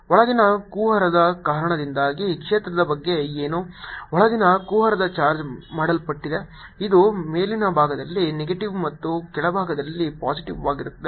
ಒಳಗಿನ ಕುಹರದ ಕಾರಣದಿಂದಾಗಿ ಕ್ಷೇತ್ರದ ಬಗ್ಗೆ ಏನು ಒಳಗಿನ ಕುಹರವು ಚಾರ್ಜ್ ಮಾಡಲ್ಪಟ್ಟಿದೆ ಇದು ಮೇಲಿನ ಭಾಗದಲ್ಲಿ ನೆಗೆಟಿವ್ ಮತ್ತು ಕೆಳಭಾಗದಲ್ಲಿ ಪಾಸಿಟಿವ್ವಾಗಿರುತ್ತದೆ